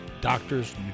doctors